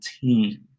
team